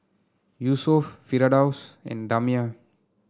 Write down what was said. Yusuf Firdaus and Damia